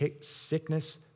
sickness